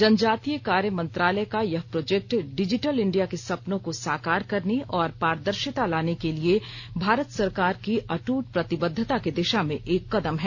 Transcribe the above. जनजातीय कार्य मंत्रालय का यह प्रोजेक्ट डिजिटल इंडिया के सपनों को साकार करने और पारदर्शिता लाने के लिए भारत सरकार की अटूट प्रतिबद्धता की दिशा में एक कदम है